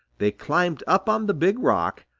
they climbed up on the big rock,